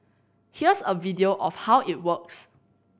here's a video of how it works